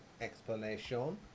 explanation